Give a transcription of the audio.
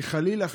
כי חלילה,